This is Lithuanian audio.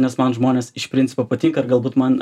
nes man žmonės iš principo patinka ir galbūt man